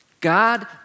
God